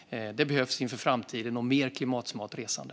Det behövs inför framtiden och ett mer klimatsmart resande.